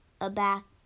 aback